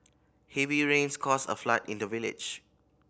heavy rains caused a flood in the village